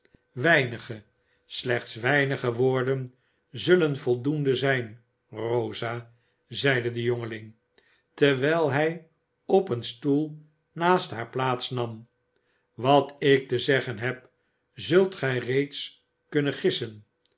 weinige slechts weinige woorden zullen voldoende zijn rosa zeide de jongeling terwijl hij op een stoel naast haar plaats nam wat ik te zeggen heb zult gij reeds kunnen gissen